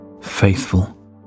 faithful